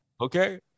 okay